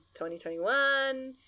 2021